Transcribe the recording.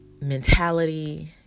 mentality